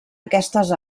aquestes